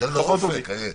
תן לו אופק.